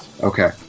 Okay